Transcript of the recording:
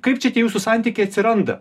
kaip čia tie jūsų santykiai atsiranda